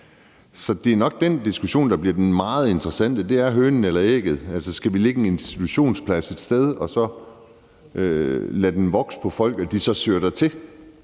Så det er nok den diskussion, der bliver meget interessant. Det er hønen eller ægget. Altså, skal vi lægge en institutionsplads et sted og så lade den vokse, så folk søger dertil?